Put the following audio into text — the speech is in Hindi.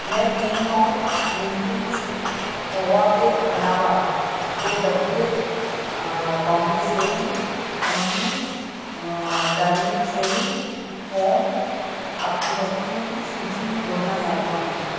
मैं तीन पाउच मिल्की मिस्ट खोया के अलावा दो डब्बे Bombay Shaving Company turmeric shaving foam अपनी वस्तुओं की सूची में जोड़ना चाहता हूँ